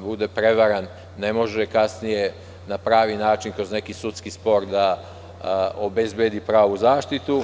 bude prevaren, ne može kasnije na pravi način, kroz neki sudski spor da obezbedi pravu zaštitu.